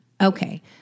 Okay